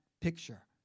picture